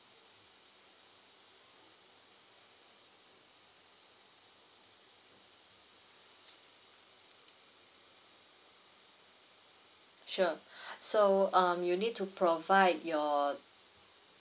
sure so um you'll need to provide your